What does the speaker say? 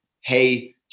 hey